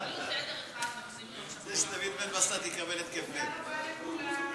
ההצעה להעביר את הצעת חוק הרשות השנייה לטלוויזיה ורדיו